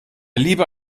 lieber